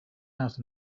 out